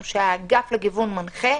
שהאגף לגיוון מנחה,